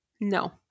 No